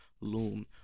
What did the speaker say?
Loom